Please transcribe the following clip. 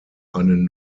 einen